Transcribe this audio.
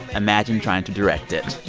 imagine trying to direct it.